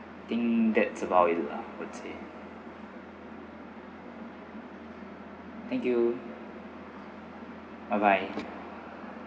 think that's about it lah I would say thank you bye bye